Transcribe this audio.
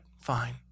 Fine